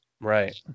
Right